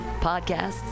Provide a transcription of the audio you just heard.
podcasts